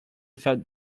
felt